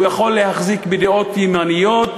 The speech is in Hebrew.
הוא יכול להחזיק בדעות ימניות,